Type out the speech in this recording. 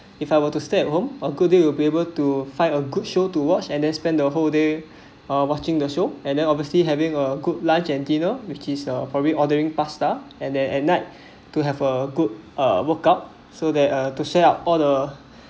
if I were to stay at home or good day will be able to find a good show to watch and then spend the whole day uh watching the show and then obviously having a good lunch and dinner which is uh probably ordering pasta and then at night to have a good workout so that are two share share all the